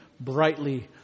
brightly